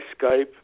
skype